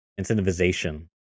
incentivization